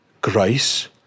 grace